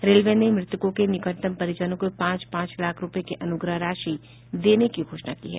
railway ने मृतकों के निकटतम परिजनों को पांच पांच लाख रूपये की अनुग्रह राशि देने की घोषणा की है